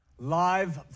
live